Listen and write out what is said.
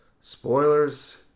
Spoilers